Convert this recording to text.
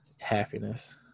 happiness